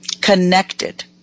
Connected